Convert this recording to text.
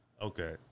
Okay